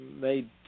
made